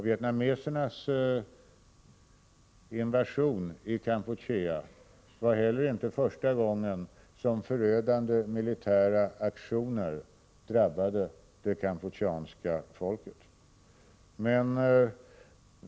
Vietnamesernas invasion i Kampuchea var heller inte det första tillfälle då förödande militära aktioner drabbade det kampucheanska folket.